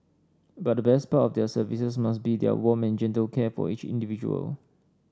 but the best part of their services must be their warm and gentle care for each individual